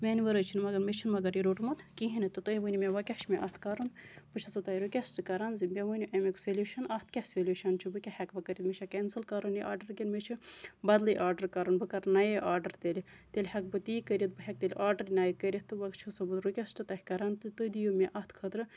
میانہِ وَرٲے چھُنہٕ مَگر مےٚ چھُنہٕ مَگر یہِ روٚٹمُت کِہیٖنۍ نہٕ تہٕ تُہۍ ؤنِو مےٚ وۄنۍ کیاہ چھُ مےٚ اَتھ کَرُن بہٕ چھَسَو تۄہہِ رِکویسٹ کران زِ مےٚ ؤنِو اَمیُک سٔلوٗشَن اَتھ کیاہ سٔلوٗشَن چھُ بہٕ کیاہ ہٮ۪کہٕ وۄنۍ اَتھ کٔرِتھ مےٚ چھا کٮ۪نسٔل کَرُن یہِ آرڈر کِنہٕ مےٚ چھُ بدلٕے آرڈر کَرُن بہٕ کرٕ نَیے آرڈر تیٚلہِ ہٮ۪کہٕ بہٕ تی کٔرِتھ بہٕ ہٮ۪کہٕ تیٚلہِ آرڈر نَیہِ کٔرِتھ تہٕ وۄنۍ چھسَو بہٕ رِکویسٹ تۄہہِ کران تہٕ تُہۍ دِیو مےٚ اَتھ خٲطرٕ